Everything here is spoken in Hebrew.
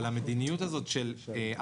אבל המדיניות הזאת של עבודה,